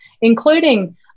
including